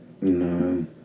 No